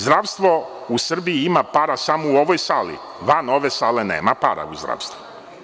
Zdravstvo u Srbiji ima para samo u ovoj sali, van ove sale nema para u zdravstvu.